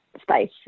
space